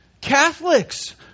Catholics